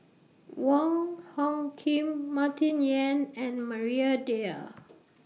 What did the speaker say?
Wong Hung Khim Martin Yan and Maria Dyer